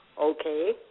Okay